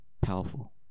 powerful